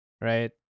Right